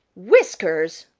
whiskers!